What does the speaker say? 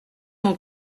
mon